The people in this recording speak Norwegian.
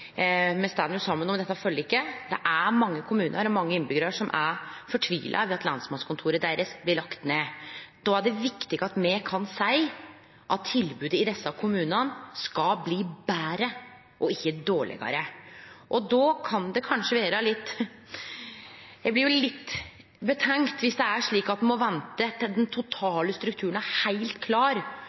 Me står saman om dette forliket, og det er mange kommunar og innbyggjarar som er fortvila over at lensmannskontoret deira blir lagt ned. Då er det viktig at me kan seie at tilbodet i desse kommunane skal bli betre og ikkje dårlegare. Men eg blir jo litt betenkt dersom det er slik at ein må vente til den totale strukturen er heilt klar